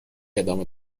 ادامه